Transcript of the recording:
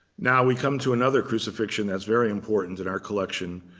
now, we come to another crucifixion that's very important in our collection.